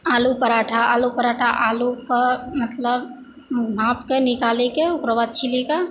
आलू पराठा आलू पराठा आलू कऽ मतलब भाँप के निकालै के ओकरा बाद छील कऽ